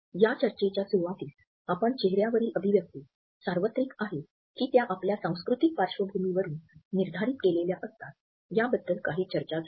या चर्चेच्या सुरूवातीस आपण चेहऱ्यावरील अभिव्यक्ति सार्वत्रिक आहे की त्या आपल्या सांस्कृतिक पार्श्वभूमीवरुन निर्धारित केलेल्या असतात याबद्दल काही चर्चा झाली